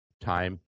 time